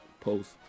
post